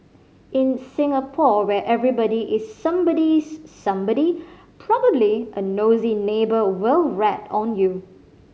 in Singapore where everybody is somebody's somebody probably a nosy neighbour will rat on you